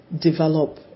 develop